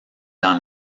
dans